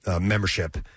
membership